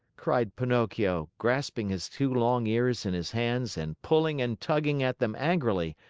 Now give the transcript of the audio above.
cried pinocchio, grasping his two long ears in his hands and pulling and tugging at them angrily,